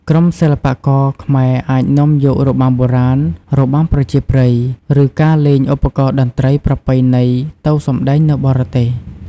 ក្រុមសិល្បករខ្មែរអាចនាំយករបាំបុរាណ របាំប្រជាប្រិយ ឬការលេងឧបករណ៍តន្ត្រីប្រពៃណីទៅសម្តែងនៅបរទេស។